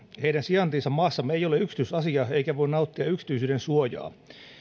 heidän sijaintinsa maassamme ei ole yksityisasia eikä voi nauttia yksityisyydensuojaa